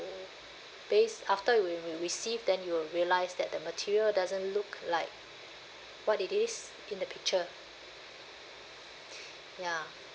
to based after we we receive then you will realise that the material doesn't look like what it is in the picture ya